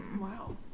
Wow